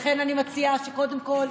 לכן אני מציעה שקודם כול,